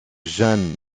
jeanne